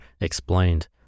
Explained